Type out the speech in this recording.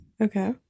Okay